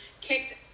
kicked